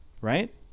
right